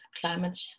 climate